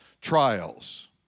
trials